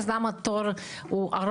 אז למה התור ארוך,